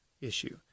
issue